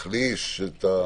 בוודאי שאת זה